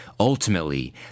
Ultimately